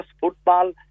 football